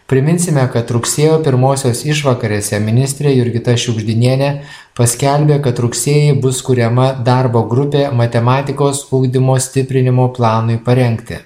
priminsime kad rugsėjo pirmosios išvakarėse ministrė jurgita šiugždinienė paskelbė kad rugsėjį bus kuriama darbo grupė matematikos ugdymo stiprinimo planui parengti